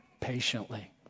patiently